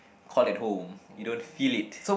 call at home you don't feel it